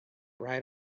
right